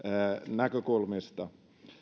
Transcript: näkökulmista